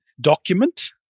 document